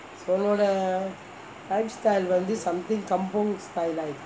உன்னோடே:unnodae lifestyle வந்து:vanthu something kampung style lah